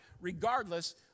regardless